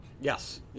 Yes